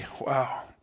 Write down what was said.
wow